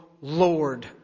Lord